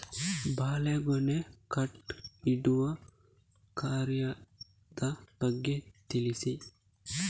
ಬಾಳೆಗೊನೆ ಸ್ಟಾಕ್ ಇಡುವ ಕಾರ್ಯಗಾರದ ಬಗ್ಗೆ ತಿಳಿಸಿ